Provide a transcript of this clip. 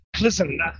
Listen